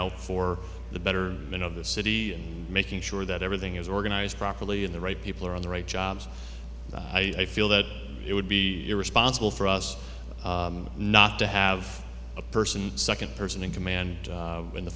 out for the better you know the city making sure that everything is organized properly and the right people are in the right jobs i feel that it would be irresponsible for us not to have a person second person in command when the